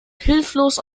hilflos